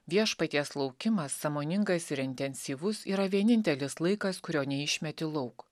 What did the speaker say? viešpaties laukimas sąmoningas ir intensyvus yra vienintelis laikas kurio neišmeti lauk